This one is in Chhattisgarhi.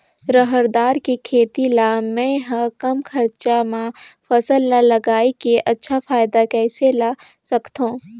रहर दाल के खेती ला मै ह कम खरचा मा फसल ला लगई के अच्छा फायदा कइसे ला सकथव?